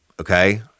Okay